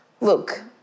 Look